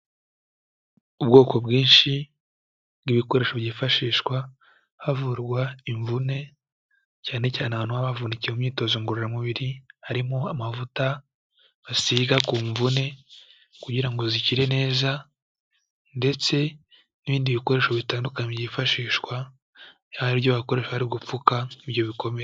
Ubwoko bwinshi bw'ibikoresho byifashishwa havurwa imvune, cyane cyane abantu baba bavunikiye mu imyitozo ngororamubiri, harimo amavuta basiga ku mvune kugira ngo zikire neza ndetse n'ibindi bikoresho bitandukanye byifashishwa yaba ibyo bakoresha bari gupfuka ibyo bikomere.